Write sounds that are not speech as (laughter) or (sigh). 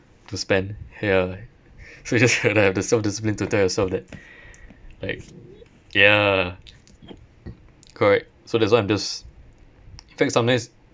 to spend yeah so you just (laughs) uh have to have the self discipline to tell yourself that like yeah correct so that's why I'm just in fact sometimes